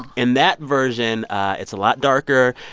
and that version it's a lot darker.